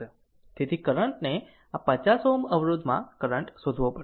તેથી કરંટ ને આ 50 Ω અવરોધમાં કરંટ શોધવો પડશે